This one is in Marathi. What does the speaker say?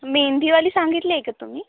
मेंदीवाली सांगितली आहे का तुम्ही